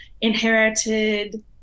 inherited